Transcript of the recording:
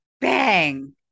bang